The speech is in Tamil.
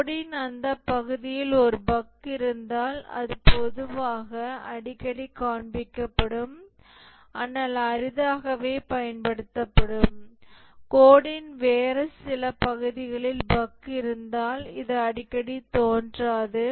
கோடின் அந்த பகுதியில் ஒரு பஃக் இருந்தால் இது பொதுவாக அடிக்கடி காண்பிக்கப்படும் ஆனால் அரிதாகவே பயன்படுத்தப்படும் கோடின் வேறு சில பகுதிகளில் பஃக் இருந்தால் இது அடிக்கடி தோன்றாது